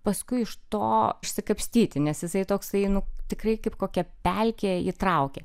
paskui iš to išsikapstyti nes jisai toksai nu tikrai kaip kokia pelkė įtraukia